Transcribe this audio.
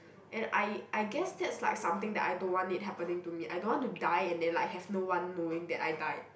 and I I guess that's like something that I don't want it happening to me I don't want to die and then like have no one knowing that I die